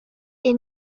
est